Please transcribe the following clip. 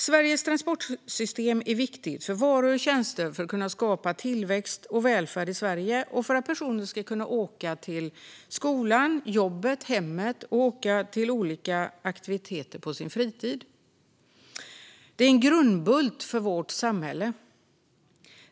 Sveriges transportsystem är viktigt för att varor och tjänster ska kunna skapa tillväxt och välfärd i Sverige och för att personer ska kunna åka till skolan, jobbet och hemmet och till olika aktiviteter på sin fritid. Detta är en grundbult för vårt samhälle.